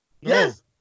yes